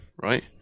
Right